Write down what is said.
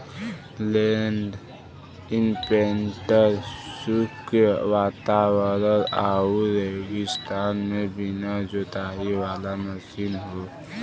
land imprinter शुष्क वातावरण आउर रेगिस्तान में बिना जोताई वाला मशीन हौ